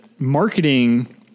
marketing